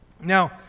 Now